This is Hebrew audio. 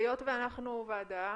היות שאנחנו ועדה,